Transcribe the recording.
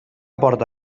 porta